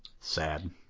Sad